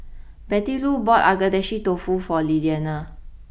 Bettylou bought Agedashi Dofu for Liliana